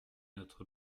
notre